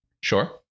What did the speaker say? Sure